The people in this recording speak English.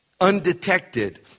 undetected